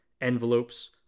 envelopes